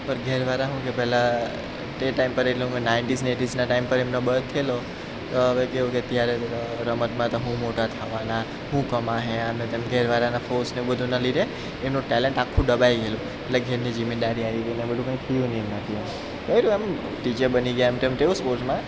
પણ ઘરવાળા શું કે પહેલાં તે ટાઈમ પર એટલું નાઇનટીઝ ને એઇટીઝના ટાઈમ પર એમનો બર્થ થયલો તો હવે કેવું કે ત્યારે બધા રમતમાં તો શું મોટા થવાના હું કમાશે આમ ને તેમ ઘરવાળાના ફોર્સ ને એવું બધું ના લીધે એમનું ટેલેન્ટ આખું દબાઈ ગયેલું ને ઘેરની જિમ્મેદારી આવી ગયેલી ને આ બધું કંઈ થયું નહીં એમનાથી એટલે આમ ટીચર બની ગયા એમ તેમ તેઓ સ્પોર્ટ્સમાં